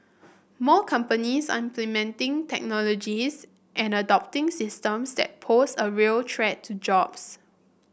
more companies technologies and adopting systems that pose a real threat to jobs